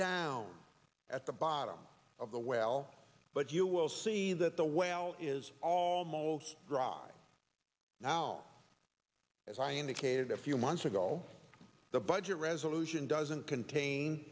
down at the bottom of the well but you will see that the well is almost dry now as i indicated a few months ago the budget resolution doesn't contain